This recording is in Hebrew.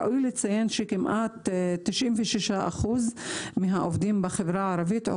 ראוי לציין ש-96% מהעובדים בחברה הערבית,